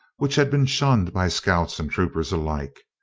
which had been shunned by scouts and troopers alike.